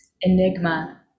enigma